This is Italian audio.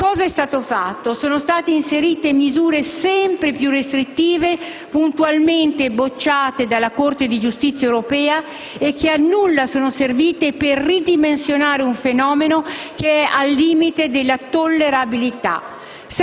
Che cosa è stato fatto? Sono state inserite misure sempre più restrittive, puntualmente bocciate dalla Corte di giustizia europea e che a nulla sono servite per ridimensionare un fenomeno al limite della tollerabilità.